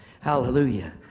Hallelujah